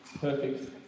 perfect